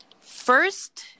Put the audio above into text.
first